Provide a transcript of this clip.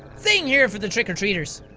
staying here for the trick or treaters!